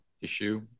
issue